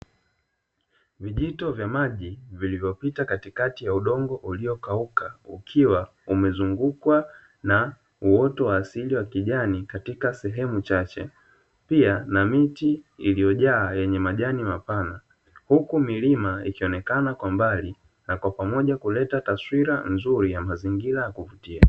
Vijito vya maji vilivyopita katikati ya udongo uliokauka ukiwa umezungukwa na uoto wa asili wa kijani katika sehemu chache pia na miti liyojaa yenye majani mapana, huku milima ikionekana kwa mbali na kwa pamoja kuleta taswira nzuri ya mazingira ya kuvutia.